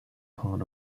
part